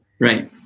Right